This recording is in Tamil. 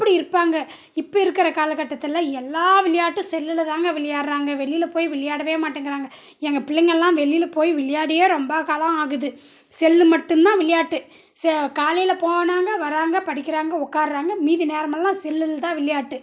அப்படி இருப்பாங்க இப்போ இருக்கிற காலகட்டத்தில் எல்லா விளையாட்டும் செல்லுலதாங்க விளையாடுகிறாங்க வெளியில் போயி விளையாடவே மாட்டேங்கிறாங்க எங்கள் பிள்ளைங்கள்லாம் வெளியில் போய் விளையாடியே ரொம்ப காலம் ஆகுது செல்லு மட்டும்தான் விளையாட்டு செ காலையில் போனாங்க வராங்க படிக்கிறாங்க உட்கார்றாங்க மீதி நேரமெல்லால் செல்லில் தான் விளையாட்டு